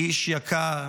איש יקר.